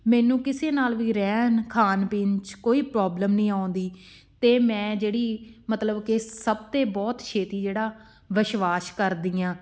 ਮੈਨੂੰ ਕਿਸੇ ਨਾਲ ਵੀ ਰਹਿਣ ਖਾਣ ਪੀਣ 'ਚ ਕੋਈ ਪ੍ਰੋਬਲਮ ਨਹੀਂ ਆਉਂਦੀ ਅਤੇ ਮੈਂ ਜਿਹੜੀ ਮਤਲਬ ਕਿ ਸਭ 'ਤੇ ਬਹੁਤ ਛੇਤੀ ਜਿਹੜਾ ਵਿਸ਼ਵਾਸ ਕਰਦੀ ਹਾਂ